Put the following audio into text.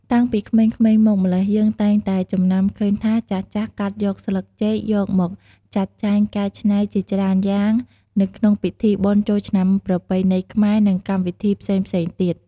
តាំងពីក្មេងៗមកម្ល៉េះ យើងតែងតែចំណាំឃើញថា ចាស់ៗកាត់យកស្លឹកចេកយកមកចាត់ចែងកែច្នៃជាច្រើនយ៉ាងនៅក្នុងពិធីបុណ្យចូលឆ្នាំប្រពៃណីខ្មែរ និងកម្មវិធីផ្សេងៗទៀត។